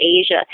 Asia